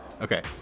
Okay